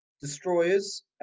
destroyers